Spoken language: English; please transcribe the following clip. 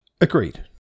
Agreed